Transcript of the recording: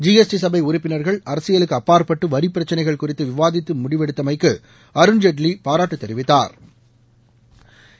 G S T சபை உறுப்பினர்கள் அரசியலுக்கு அப்பாற்பட்டு வரி பிரச்சினைகள் குறித்து விவாதித்து முடிவெடுத்தமைக்கு அருண்ஜேட்லி பாராட்டு தெரிவித்தாா்